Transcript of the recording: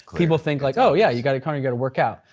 people think like oh yeah, you gotta kind of gotta work out.